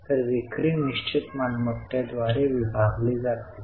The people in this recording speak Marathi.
तर विक्री निश्चित मालमत्तेद्वारे विभागली जाते